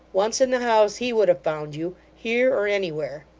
once in the house, he would have found you, here or anywhere.